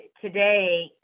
today